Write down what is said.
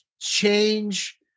change